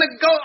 go –